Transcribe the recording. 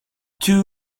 two